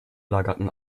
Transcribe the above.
lagerten